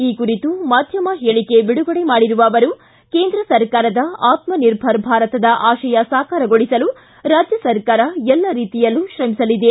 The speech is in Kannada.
ಈ ಕುರಿತು ಮಾಧ್ವಮ ಹೇಳಿಕೆ ಬಿಡುಗಡೆ ಮಾಡಿರುವ ಅವರು ಕೇಂದ್ರ ಸರ್ಕಾರದ ಆತ್ಮ ನಿರ್ಭರ್ ಭಾರತದ ಆಶಯ ಸಾಕಾರಗೊಳಿಸಲು ರಾಜ್ಯ ಸರ್ಕಾರ ಎಲ್ಲ ರೀತಿಯಲ್ಲೂ ಶ್ರಮಿಸಲಿದೆ